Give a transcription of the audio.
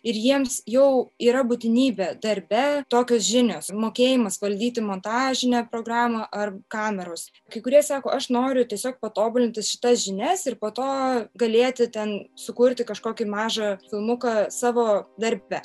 ir jiems jau yra būtinybė darbe tokios žinios mokėjimas valdyti montažinę programą ar kameros kai kurie sako aš noriu tiesiog patobulinti šitas žinias ir po to galėti ten sukurti kažkokį mažą filmuką savo darbe